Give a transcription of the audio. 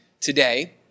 today